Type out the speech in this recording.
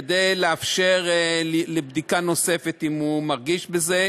כדי לאפשר בדיקה נוספת אם הוא מרגיש בזה.